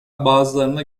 bazılarına